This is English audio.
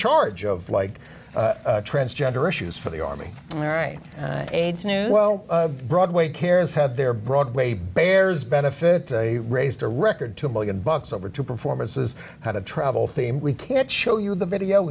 charge of like transgender issues for the army all right well broadway cares have their broadway bears benefit they raised a record two million bucks over two performances how to travel theme we can't show you the video